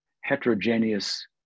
heterogeneous